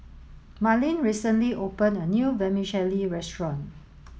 Marleen recently open a new Vermicelli restaurant